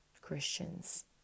Christians